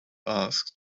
asked